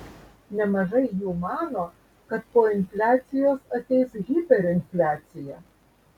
nemažai jų mano kad po infliacijos ateis hiperinfliacija